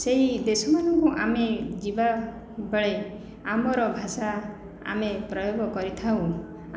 ସେଇ ଦେଶମାନକୁ ଆମେ ଯିବାବେଳେ ଆମର ଭାଷା ଆମେ ପ୍ରୟୋଗ କରିଥାଉ